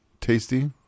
tasty